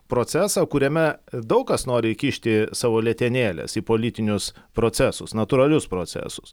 procesą kuriame daug kas nori įkišti savo letenėles į politinius procesus natūralius procesus